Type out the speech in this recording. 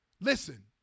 Listen